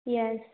yes